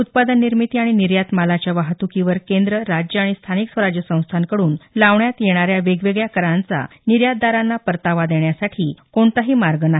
उत्पादन निर्मिती आणि निर्यात मालाच्या वाहतुकीवर केंद्र राज्य आणि स्थानिक स्वराज्य संस्थाकडून लावण्यात येणाऱ्या वेगवेगळ्या करांचा निर्यातदारांना परतावा देण्यासाठी कोणताही मार्ग नाही